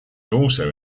also